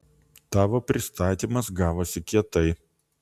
tavo pristatymas gavosi kietai